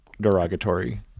derogatory